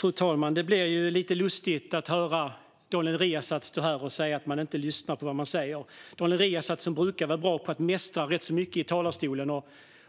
Fru talman! Det är lite lustigt att höra Daniel Riazat stå här och säga att jag inte lyssnar på vad han säger. Daniel Riazat brukar ju vara bra på att mästra rätt så mycket i talarstolen